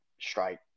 strike